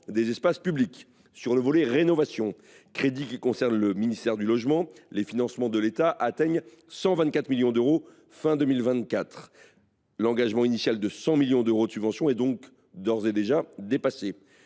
des espaces publics. Sur le volet rénovation, qui concerne le ministère du logement, les financements de l’État atteignent 124 millions d’euros à la fin de 2024. L’engagement initial de 100 millions d’euros de subventions est donc d’ores et déjà dépassé.